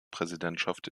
präsidentschaft